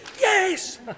Yes